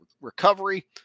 recovery